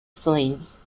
slaves